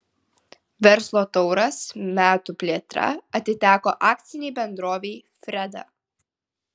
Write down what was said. verslo tauras metų plėtra atiteko akcinei bendrovei freda